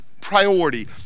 priority